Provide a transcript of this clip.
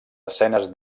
escenes